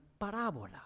parábola